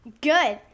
Good